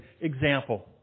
example